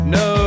no